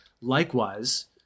Likewise